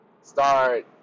start